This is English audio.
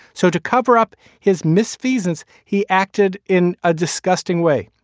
so to cover up his misfeasance, he acted in a disgusting way.